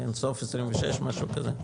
משהו כזה,